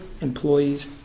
employees